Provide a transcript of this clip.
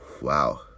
wow